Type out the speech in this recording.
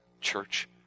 church